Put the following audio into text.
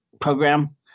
program